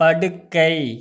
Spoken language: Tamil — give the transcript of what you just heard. படுக்கை